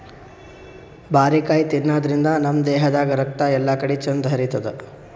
ಬಾರಿಕಾಯಿ ತಿನಾದ್ರಿನ್ದ ನಮ್ ದೇಹದಾಗ್ ರಕ್ತ ಎಲ್ಲಾಕಡಿ ಚಂದ್ ಹರಿತದ್